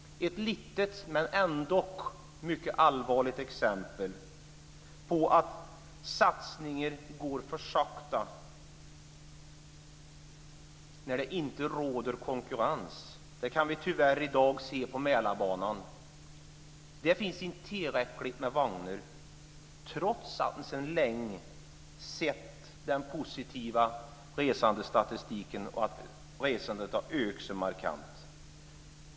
Ett litet, men ändock mycket allvarligt exempel på att satsningen går för sakta när det inte råder konkurrens kan vi tyvärr i dag se på Mälarbanan. Det finns inte tillräckligt med vagnar, trots att man sedan länge har sett den positiva resandestatistiken. Resandet har ökat markant.